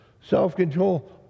Self-control